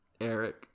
Eric